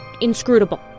inscrutable